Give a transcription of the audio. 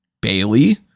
Bailey